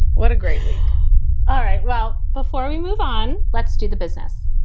what a great all right. well, before we move on, let's do the business.